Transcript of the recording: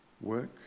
Work